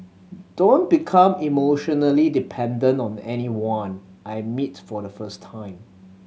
don't become emotionally dependent on anyone I meet for the first time